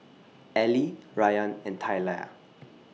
Allie Rayan and Talia